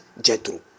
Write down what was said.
Jethro